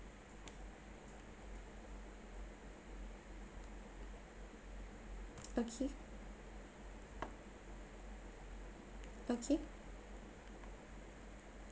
okay okay